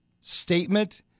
statement